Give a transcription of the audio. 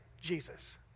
Jesus